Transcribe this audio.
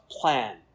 plan